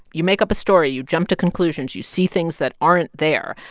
you make up a story. you jump to conclusions. you see things that aren't there.